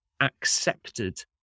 accepted